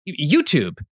YouTube